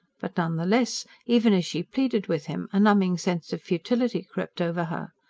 but none the less, even as she pleaded with him, a numbing sense of futility crept over her.